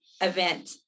event